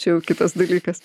čia jau kitas dalykas